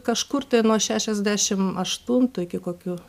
kažkur nuo šešiasdešim aštuntų iki kokių